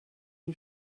you